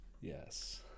Yes